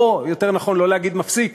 או יותר נכון לא להגיד "מפסיק",